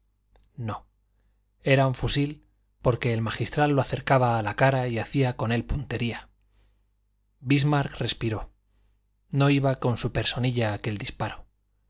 no era un fusil porque el magistral lo acercaba a la cara y hacía con él puntería bismarck respiró no iba con su personilla aquel disparo